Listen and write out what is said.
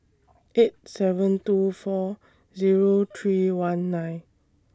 eight seven two four Zero three one nine